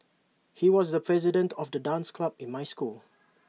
he was the president of the dance club in my school